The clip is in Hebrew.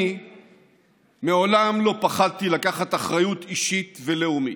אני מעולם לא פחדתי לקחת אחריות אישית ולאומית.